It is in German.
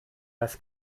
das